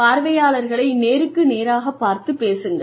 பார்வையாளர்களை நேருக்கு நேராகப் பார்த்துப் பேசுங்கள்